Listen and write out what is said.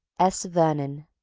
s. vernon.